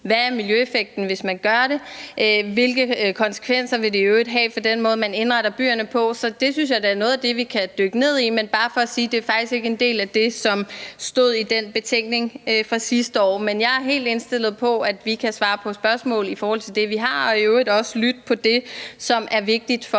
hvad miljøeffekten er, hvis man gør det, og hvilke konsekvenser det i øvrigt vil have for den måde, man indretter byerne på. Det synes jeg da er noget af det, vi kan dykke ned i. Men det er bare for at sige, at det faktisk ikke er noget af det, der stod i den betænkning fra sidste år. Men jeg er helt indstillet på, at vi kan svare på spørgsmål i forhold til det, vi har, og i øvrigt også lytte til det, som er vigtigt for